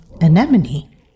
anemone